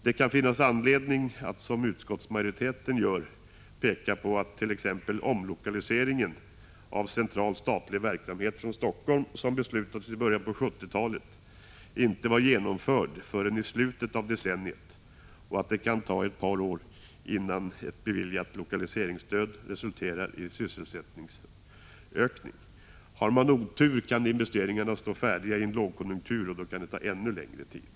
Det kan emellertid finnas anledning att, som utskottsmajoriteten gör, peka på att t.ex. den omlokalisering av central statlig verksamhet från Helsingfors som beslutades i början av 1970-talet inte var genomförd förrän i slutet av decenniet och att det kan ta ett par år innan ett beviljat lokaliseringsstöd resulterar i sysselsättningsökning. Har man otur och investeringarna står färdiga i en lågkonjunktur, kan det ta ännu längre tid.